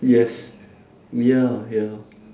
yes we are ya